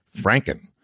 franken